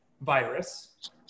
virus